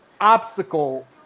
obstacle